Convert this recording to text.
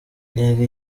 yego